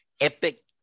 epic